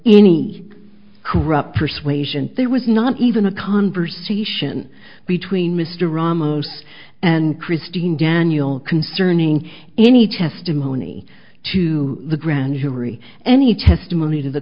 any corrupt persuasion there was not even a conversation between mr ramos and christine daniel concerning any testimony to the grand jury any testimony to the